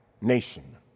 nation